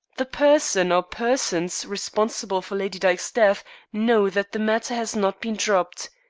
the person, or persons, responsible for lady dyke's death know that the matter has not been dropped.